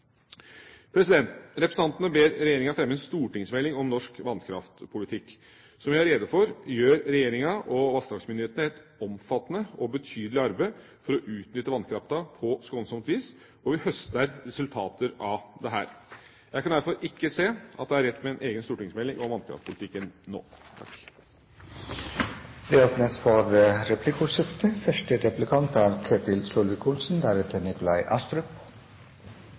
Representantene ber regjeringa fremme en stortingsmelding om norsk vannkraftpolitikk. Som jeg har redegjort for, gjør regjeringa og vassdragsmyndighetene et omfattende og betydelig arbeid for å utnytte vannkraften på skånsomt vis, og vi høster resultater av dette. Jeg kan derfor ikke se at det er rett med en egen stortingsmelding om vannkraftpolitikken nå. Det blir replikkordskifte. Forrige sak om småkraftpolitikk vitner om behovet for